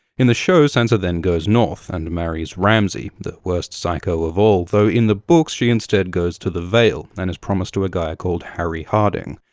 in the show, sansa then goes north and marries ramsay, the worst psycho of all, though in the books she instead goes to the vale and is promised to a guy called harry hardyng.